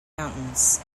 mountains